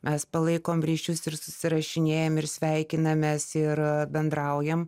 mes palaikom ryšius ir susirašinėjam ir sveikinamės ir bendraujam